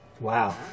Wow